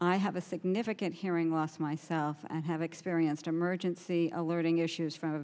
i have a significant hearing loss myself and have experienced emergency alerting issues from a